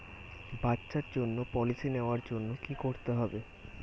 বাচ্চার জন্য পলিসি নেওয়ার জন্য কি করতে হবে?